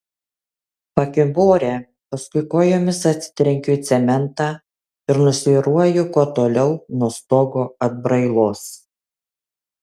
pakimbu ore paskui kojomis atsitrenkiu į cementą ir nusvyruoju kuo toliau nuo stogo atbrailos